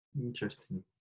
Interesting